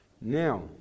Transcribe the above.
Now